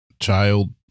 child